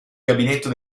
gabinetto